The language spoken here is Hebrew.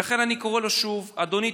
ולכן אני קורא לו שוב: אדוני,